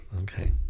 okay